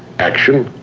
action,